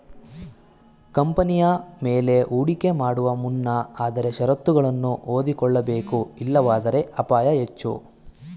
ಕಂಪನಿಯ ಮೇಲೆ ಹೂಡಿಕೆ ಮಾಡುವ ಮುನ್ನ ಆದರೆ ಶರತ್ತುಗಳನ್ನು ಓದಿಕೊಳ್ಳಬೇಕು ಇಲ್ಲವಾದರೆ ಅಪಾಯ ಹೆಚ್ಚು